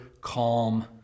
calm